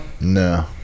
No